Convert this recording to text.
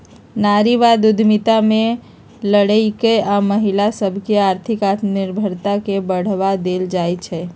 नारीवाद उद्यमिता में लइरकि आऽ महिला सभके आर्थिक आत्मनिर्भरता के बढ़वा देल जाइ छइ